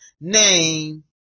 name